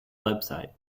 website